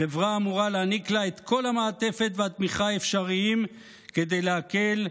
החברה אמורה להעניק לה את כל המעטפת והתמיכה האפשריים כדי להקל,